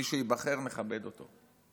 מי שייבחר, נכבד אותו,